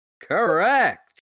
Correct